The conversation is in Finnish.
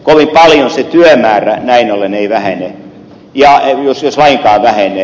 kovin paljon se työmäärä näin ollen ei vähene jos lainkaan vähenee